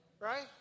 Right